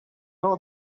all